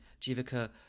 Jivaka